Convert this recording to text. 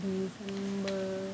mm